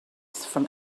from